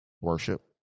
Worship